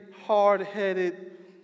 hard-headed